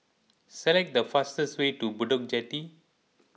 select the fastest way to Bedok Jetty